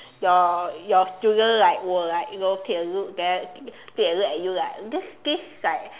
your your student like will like you know take a look that take a look at you like this this is like